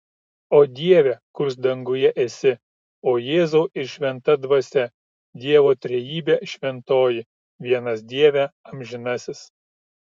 o dieve kurs danguje esi o jėzau ir šventa dvasia dievo trejybe šventoji vienas dieve amžinasis